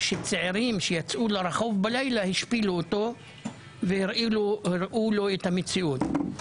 שצעירים שיצאו לרחוב בלילה השפילו אותו והראו לו את המציאות.